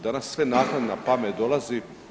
Danas sve naknadna pamet dolazi.